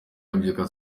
abyuka